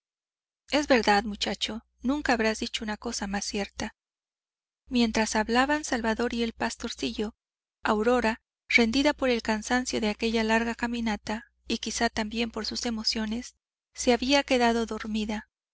es verdad muchacho nunca habrás dicho una cosa más cierta mientras hablaban salvador y el pastorcillo aurora rendida por el cansancio de aquella larga caminata y quizá también por sus emociones se había quedado dormida